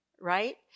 right